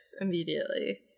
immediately